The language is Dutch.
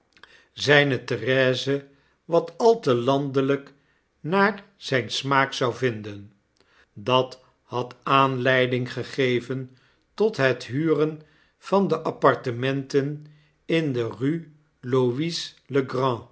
zijne therese wat al te landelijk naar zijn smaak zou vinden dat had aanleiding gegeven tot het huren van de apartementen in de